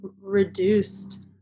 reduced